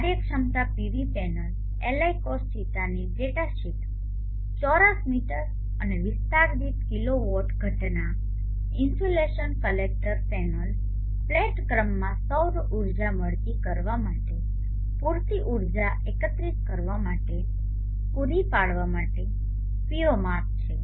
કાર્યક્ષમતા PV panel Li cos θ ની datasheet ચોરસ મીટર અને વિસ્તાર દીઠ કિલોવોટ ઘટના ઇન્સ્યુલેશન કલેક્ટર પેનલ પ્લેટ ક્રમમાં સૌર ઊર્જા મળતી કરવા માટે પૂરતી ઊર્જા એકત્રિત કરવા માટે પૂરી પાડવા માટે P0 માપ છે